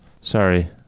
Sorry